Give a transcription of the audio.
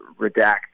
redact